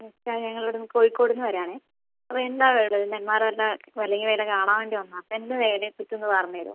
ചേട്ടാ ഞങ്ങൾ ഇവിടെ നിന്ന് കോഴിക്കോടു നിന്ന് വരികയാണ് അപ്പോൾ എന്താ അവിടെയുള്ളത് നെന്മാറയിൽ വല്ലങ്ങി വേല കാണാൻ വേണ്ടി വന്നതാണ് അതിനെപ്പറ്റിയൊന്ന് പറഞ്ഞു തരുമോ